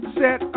set